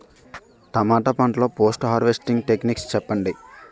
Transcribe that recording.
టమాటా పంట లొ post harvesting techniques చెప్పండి?